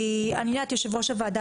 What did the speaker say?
אדוני היושב-ראש הוועדה,